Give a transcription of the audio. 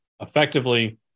effectively